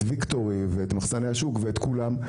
את ויקטורי ואת מחסני השוק ואת כולם.